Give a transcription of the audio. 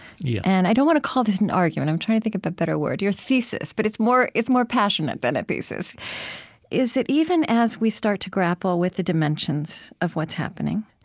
yeah and i don't want to call this an argument i'm trying to think of a better word. your thesis but it's more it's more passionate than a thesis is that even as we start to grapple with the dimensions of what's happening,